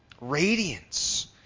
Radiance